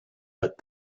but